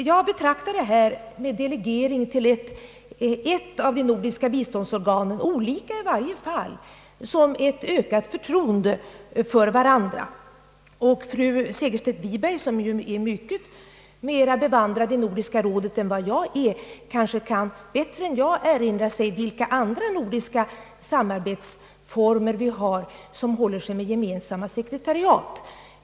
Jag betraktar delegering till ett av de nordiska biståndsorganen — olika för olika projekt — som ett ökat förtroende dem emellan. Fru Segerstedt Wiberg, som ju är mycket mera bevandrad i Nordiska rådet än jag, kanske lättare kan erinra sig vilka andra nordiska samarbetsformer det finns som håller sig med gemensamma sekretariat.